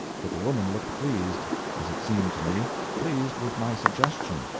but the woman looked pleased as it seemed to me pleased with my suggestion.